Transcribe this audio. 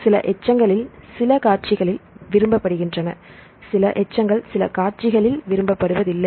சில எச்சங்களில் சில காட்சிகளில் விரும்பப்படுகின்றன சில எச்சங்கள் சில காட்சிகளில் விரும்பப்படுவதில்லை